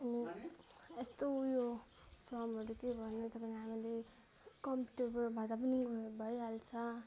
अनि यस्तो ऊ यो फर्महरू केही भर्नु छ भने हामीले कम्प्युटरबाट भर्दा पनि भइहाल्छ